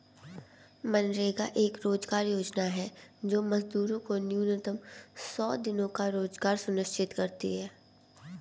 मनरेगा एक रोजगार योजना है जो मजदूरों को न्यूनतम सौ दिनों का रोजगार सुनिश्चित करती है